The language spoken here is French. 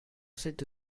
cette